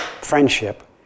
friendship